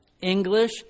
English